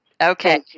Okay